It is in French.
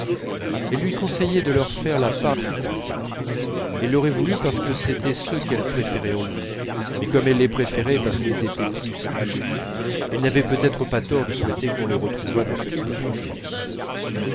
elle lui conseillait de leur faire la part la plus grande elle l'aurait voulu parce que c'était ceux qu'elle préférait en lui mais comme elle les préférait parce qu'ils étaient plus à lui elle n'avait peut-être pas tort de souhaiter qu'on les retrouvât dans ce qu'il écrivait